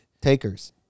takers